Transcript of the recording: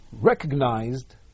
recognized